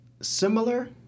similar